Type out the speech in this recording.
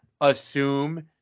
assume